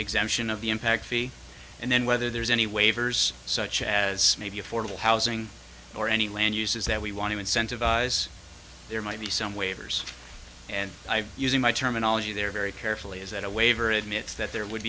exemption of the impact fee and then whether there's any waivers such as maybe affordable housing or any land uses that we want to incentivize there might be some waivers and by using my terminology they're very carefully is that a waiver admits that there would